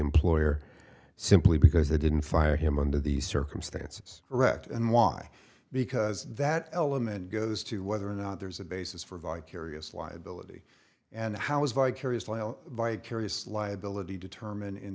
employer simply because they didn't fire him under the circumstances wrecked and why because that element goes to whether or not there's a basis for vicarious liability and how is vicariously a vicarious liability determine in